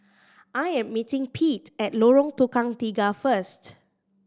I am meeting Pete at Lorong Tukang Tiga first